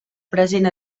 present